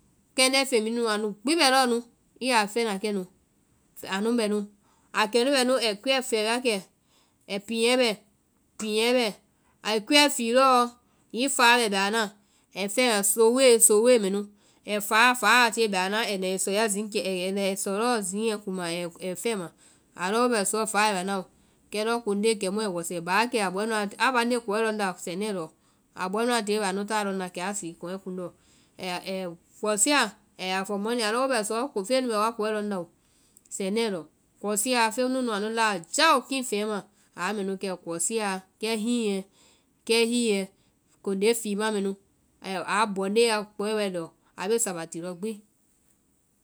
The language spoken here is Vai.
Kɛndɛ́ feŋ bee nunu an gbi bɛ lɔɔ nu, i yaa fɛɛ na kɛnu. Á kɛnu bɛ ɛi kuyɛ fii wa kɛ, a piɛ bɛ piɛ bɛɛ, ai kuɛ fii lɔɔ alɔ hiŋi fáa bɛ bɛa na, ai fɛma, sowoe, sowoe mɛ nu. ai fáa fáa, fáa a tie bɛa na ai na ai sɛɛ ya zikiɛ- ɛi na ɛi sɔ lɔɔ ziɛ kuma ɛi fɛma. a lɔ wo bɛ suɔ fáa bɛ bɛa nao, kɛ lɔɔ konde kɛmu ai wɛsɛ báa kɛ swnw lɔ, a bɔɔ nu- a bande kɔɛ lɔŋnda sɛnɛɛ lɔ, a bɔɛ nu a tie wɛ anu taa lɔŋ na kɛ a sɛɛ tɔŋɛ lɔ, ai wɛsɛa, a ya fɔ mɔɛ nu ye alɔ wo bɛ suɔ, fɛɛ nu bɛ woa kɔɛ lɔŋ na oo. Sɛnɛ lɔ, kɔsia feŋ mu nu anu láa jáo keŋfɛɛ nu ma a mɛ nu kɛ kɔsia kɛ hiɛ, kɛ hiɛ konde fiima mɛ nu, a bɔŋndee ya kɔɛ lɔ a bee sabati lɔ gbi.